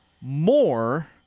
more